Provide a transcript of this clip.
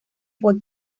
fue